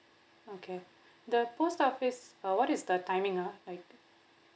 okay the post office uh what is the timing ah like